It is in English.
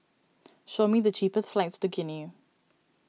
show me the cheapest flights to Guinea